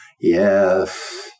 Yes